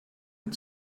and